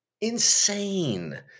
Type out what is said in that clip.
Insane